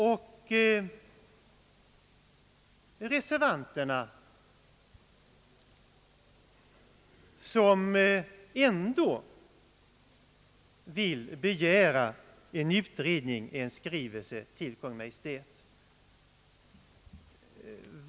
Det andra är reservanternas, som ändock begär en skrivelse till Kungl. Maj:t med begäran om utredning.